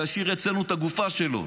להשאיר אצלנו את הגופה שלו,